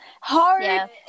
hard